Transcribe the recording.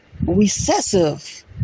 recessive